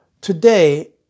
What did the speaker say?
today